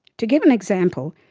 to give an example,